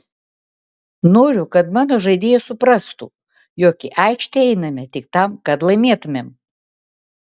noriu kad mano žaidėjai suprastų jog į aikštę einame tik tam kad laimėtumėm